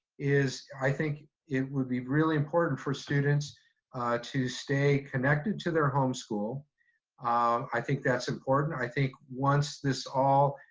is i think it would be really important for students to stay connected to their home ah i think that's important. i think once this all